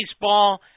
Baseball